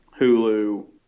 hulu